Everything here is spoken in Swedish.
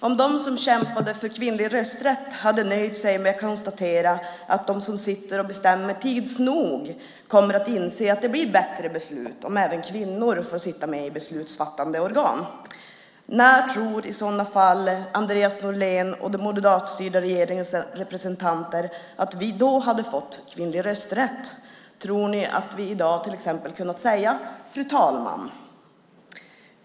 Om de som kämpade för kvinnlig rösträtt hade nöjt sig med att konstatera att de som sitter och bestämmer tids nog kommer att inse att det blir bättre beslut om även kvinnor får sitta med i beslutsfattande organ, när tror Andreas Norlén och den moderatstyrda regeringens representanter att vi då hade fått kvinnlig rösträtt? Tror ni exempelvis att vi i dag hade kunnat säga "fru talman"?